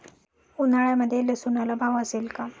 उन्हाळ्यामध्ये लसूणला भाव असेल का?